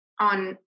on